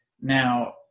Now